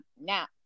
now